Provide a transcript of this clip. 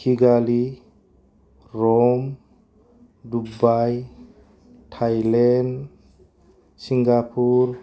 Kigali Rome Dubai Thailand Singapore